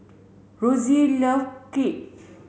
Rossie love Kheer